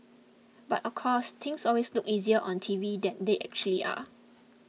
but of course things always look easier on T V than they actually are